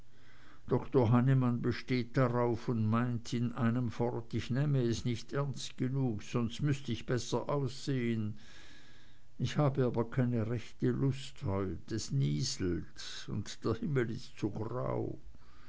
doktor hannemann besteht darauf und meint in einem fort ich nähme es nicht ernst genug sonst müßte ich besser aussehen ich habe aber keine rechte lust heut es nieselt und der himmel ist so grau